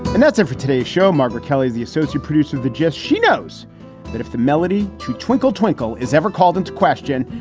and that's it for today show, margaret kelly is the associate producer of the gist. she knows that if the melody to twinkle twinkle is ever called into question,